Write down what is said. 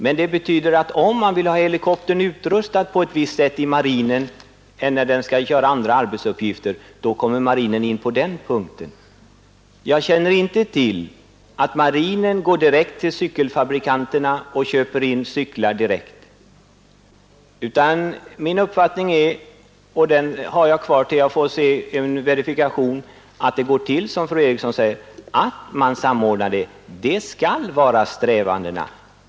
Men om marinen vill ha helikoptrarna utrustade på annat sätt än man vill inom andra områden, då kommer marinen in på den punkten. Jag känner inte till att marinen går direkt till cykelfabrikanterna och köper in cyklar. Min uppfattning är — och den har jag kvar tills jag får verifierat att det går till som fru Eriksson säger — att man samordnar det. Det skall vara strävandena.